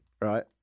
right